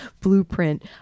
Blueprint